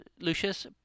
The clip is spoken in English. Lucius